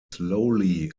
slowly